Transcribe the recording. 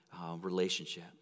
relationship